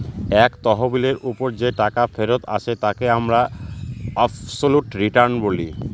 এক তহবিলের ওপর যে টাকা ফেরত আসে তাকে আমরা অবসোলুট রিটার্ন বলি